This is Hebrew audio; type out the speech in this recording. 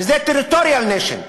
שהיא Territorial Nation,